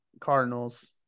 Cardinals